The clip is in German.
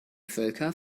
völker